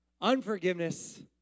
Unforgiveness